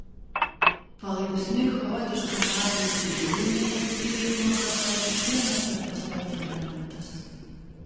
palaipsniui chaotiškam gatvės judėjime įkyriai ima kartotis vienas ir tas pats elementas